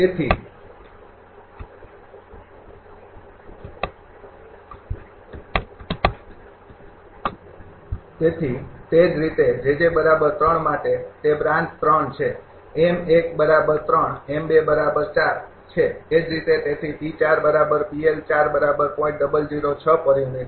તેથી તે જ રીતે માટે તે બ્રાન્ચ છે છે એ જ રીતે